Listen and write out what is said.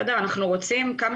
אנחנו רוצים כמה